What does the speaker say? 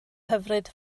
hyfryd